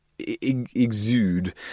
exude